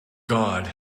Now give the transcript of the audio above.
god